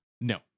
no